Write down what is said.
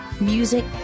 music